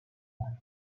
var